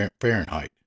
Fahrenheit